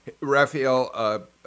Raphael